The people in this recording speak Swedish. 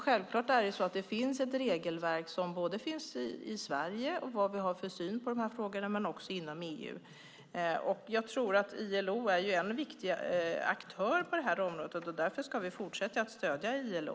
Självklart finns det ett regelverk, både i Sverige i fråga om vilken syn vi har på dessa frågor, och i EU. ILO är en viktig aktör på detta område, och därför ska vi fortsätta att stödja ILO.